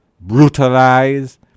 brutalized